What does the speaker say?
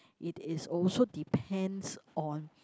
it is also depends on